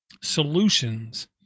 solutions